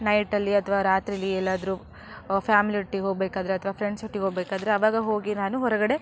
ನೈಟಲ್ಲಿ ಅಥ್ವಾ ರಾತ್ರಿಯಲ್ಲಿ ಎಲ್ಲಾದರೂ ಫ್ಯಾಮಿಲಿ ಒಟ್ಟಿಗೆ ಹೋಗಬೇಕಾದ್ರೆ ಅಥ್ವಾ ಫ್ರೆಂಡ್ಸ್ ಒಟ್ಟಿಗೆ ಹೋಗಬೇಕಾದ್ರೆ ಅವಾಗ ಹೋಗಿ ನಾನು ಹೊರಗಡೆ